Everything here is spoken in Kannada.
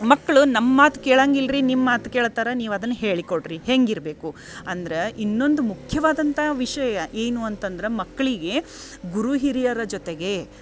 ಮಕ್ಳು ನಮ್ಮ ಮಾತು ಕೇಳಂಗಿಲ್ಲ ರೀ ನಿಮ್ಮ ಮಾತು ಕೇಳ್ತಾರೆ ನೀವು ಅದನ್ನ ಹೇಳಿ ಕೊಡ್ರಿ ಹೆಂಗೆ ಇರಬೇಕು ಅಂದ್ರೆ ಇನ್ನೊಂದು ಮುಖ್ಯವಾದಂಥ ವಿಷಯ ಏನು ಅಂತಂದ್ರೆ ಮಕ್ಕಳಿಗೆ ಗುರು ಹಿರಿಯರ ಜೊತೆಗೆ